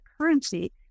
currency